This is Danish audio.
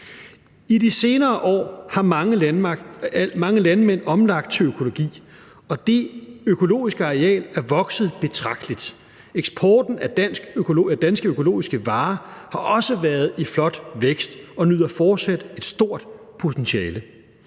I de senere år har mange landmænd omlagt til økologi, og det økologiske areal er vokset betragteligt. Eksporten af danske økologiske varer har også været i flot vækst og nyder fortsat et stort potentiale,